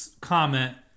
comment